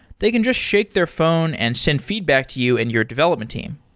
they can just shake their phone and send feedback to you and your development team.